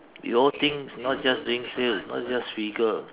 you all think not just doing sales not just figure